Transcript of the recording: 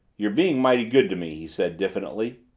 you're being mighty good to me, he said diffidently,